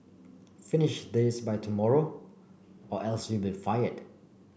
finish this by tomorrow or else you'll be fired